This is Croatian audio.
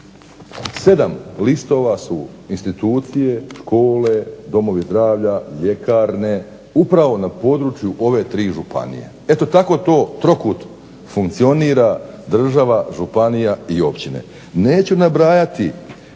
7 listova su institucije, škole, domovi zdravlja, ljekarne, upravo na području ove 3 županije. Eto tako to trokut funkcionira, država, županija i općine. Neću nabrajati